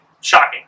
Shocking